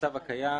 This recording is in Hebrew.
במצב הקיים,